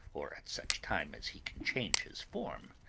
or at such time as he can change his form,